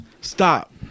Stop